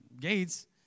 gates